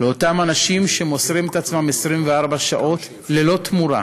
לאותם אנשים, שמוסרים את עצמם 24 שעות ללא תמורה,